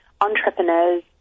entrepreneurs